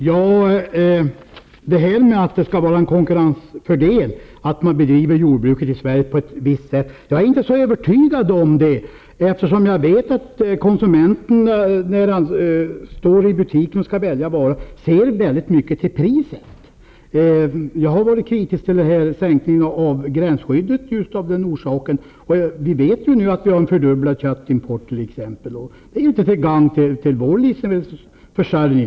Fru talman! Detta att det skulle vara en fördel från konkurrenssynpunkt att bedriva jordbruk i Sverige på ett visst sätt är jag inte så övertygad om. Jag vet att konsumenterna ser mycket till priset när de står i butiken och skall välja varor. Av just den orsaken har jag varit kritisk till en sänkning av gränsskyddet. Vi har t.ex. nu en fördubblad köttimport, som inte är till gagn för vår livsme delsförsörjning.